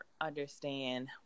understand